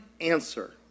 answer